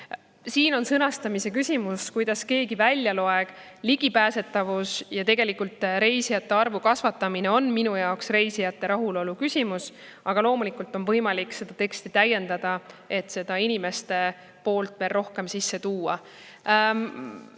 See on sõnastamise küsimus, kuidas keegi sealt välja loeb. Ligipääsetavus ja reisijate arvu kasvatamine on minu jaoks reisijate rahulolu küsimus, aga loomulikult on võimalik seda teksti täiendada, et seda inimeste poolt veel rohkem sisse tuua. Ando